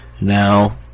Now